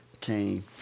came